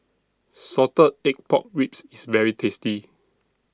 Salted Egg Pork Ribs IS very tasty